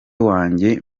wanjye